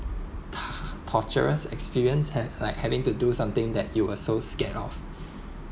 torturous experience had like having to do something that you were so scared of